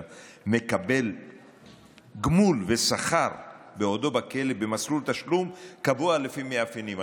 מקבל גמול ושכר בעודו בכלא במסלול תשלום קבוע לפי מאפיינים.